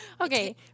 Okay